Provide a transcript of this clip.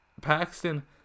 Paxton